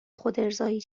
خودارضایی